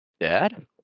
Dad